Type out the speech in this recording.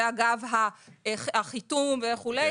זה אגב החיתום וכו'.